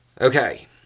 Okay